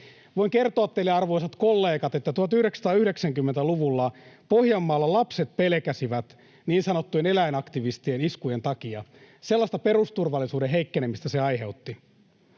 Voin kertoa teille, arvoisat kollegat, että 1990-luvulla Pohjanmaalla lapset pelkäsivät niin sanottujen eläinaktivistien iskujen takia — sellaista perusturvallisuuden heikkenemistä se aiheutti.